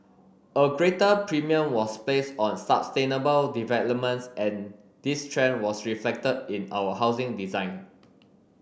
a greater premium was placed on sustainable developments and this trend was reflected in our housing design